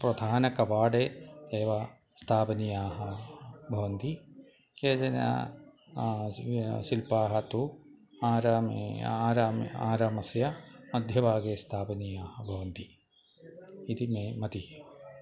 प्रधानकपाटे एव स्थापनीयाः भवन्ति केचन शिल्पाः तु आरामे आरामे आरामस्य मध्यभागे स्थापनीयाः भवन्ति इति मे मतिः